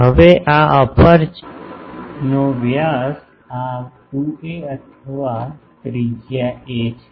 હવે આ અપેર્ચરનો આ વ્યાસ 2a અથવા ત્રિજ્યા a છે